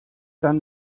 dann